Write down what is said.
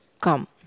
come